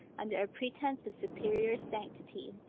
under a pretence of superior sanctity.